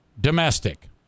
domestic